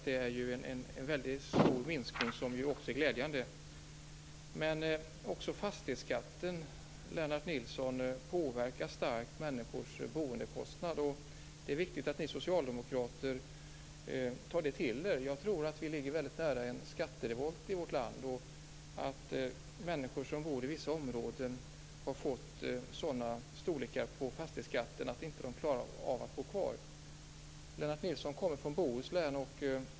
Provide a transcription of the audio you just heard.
Det är en stor minskning, som också är glädjande. Också fastighetsskatten, Lennart Nilsson, påverkar människors boendekostnad. Det är viktigt att ni socialdemokrater tar det till er. Jag tror att vi är nära en skatterevolt i vårt land. Människor som bor i vissa områden har fått sådan storlek på fastighetsskatten att de inte klarar att bo kvar. Lennart Nilsson kommer från Bohuslän.